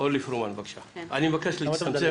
ואני מאוד מאוד עצובה וכעוסה 14 באוגוסט,